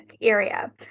area